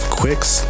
quicks